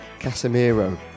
Casemiro